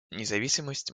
независимость